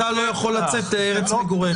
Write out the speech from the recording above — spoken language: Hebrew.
אתה לא יכול לצאת לארץ מגוריך.